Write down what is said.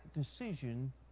decision